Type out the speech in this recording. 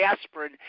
aspirin